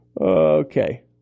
Okay